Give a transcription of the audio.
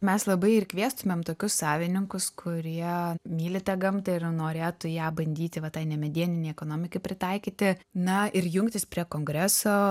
mes labai ir kviestumėm tokius savininkus kurie myli tą gamtą ir norėtų ją bandyti va tai nemedieninei ekonomikai pritaikyti na ir jungtis prie kongreso